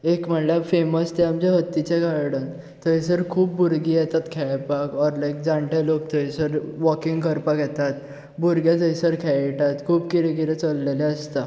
एक म्हणल्यार फॅमस जें आमचें हत्तीचें गार्डन थंयसर खूब भुरगीं येतात खेळपाक ऑर लायक जाणटे लोक थंयसर वॉकिंग करपाक येतात भुरगे थंयसर खेळटात खूब कितें कितें चललेलें आसता